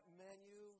menu